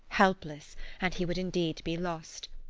helpless and he would indeed be lost.